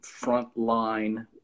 frontline